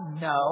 No